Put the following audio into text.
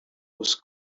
was